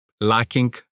lacking